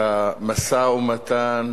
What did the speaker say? שהמשא-ומתן